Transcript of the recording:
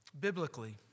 Biblically